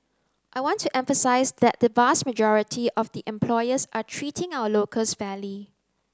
I want to emphasize that the vast majority of the employers are treating our locals fairly